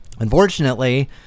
Unfortunately